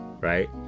right